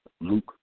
Luke